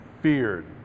feared